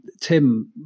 Tim